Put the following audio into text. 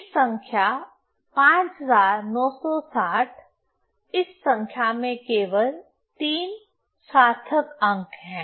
इस संख्या 5960 इस संख्या में केवल 3 सार्थक अंक हैं